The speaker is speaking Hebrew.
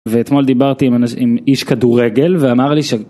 ואתמול דיברתי עם איש כדורגל ואמר לי ש...